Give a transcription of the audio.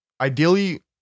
ideally